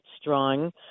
strong